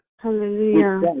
Hallelujah